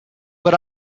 but